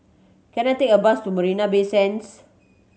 can I take a bus to Marina Bay Sands